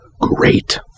great